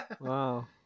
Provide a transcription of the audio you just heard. Wow